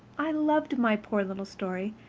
i loved my poor little story,